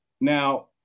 Now